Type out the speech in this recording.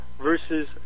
versus